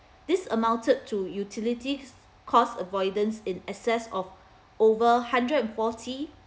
this amounted to utilities cost avoidance in excess of over hundred and forty